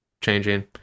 changing